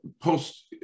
post